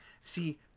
see